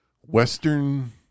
western